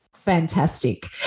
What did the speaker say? fantastic